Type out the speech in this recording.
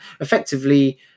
effectively